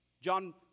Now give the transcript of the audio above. John